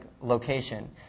location